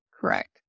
Correct